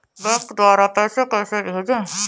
Bank द्वारा पैसे कैसे भेजें?